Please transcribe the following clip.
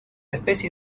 especie